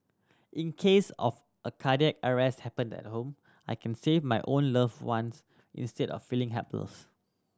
in case of a cardiac arrest happened at home I can save my own loved ones instead of feeling helpless